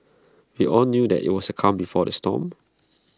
we all knew that IT was the calm before the storm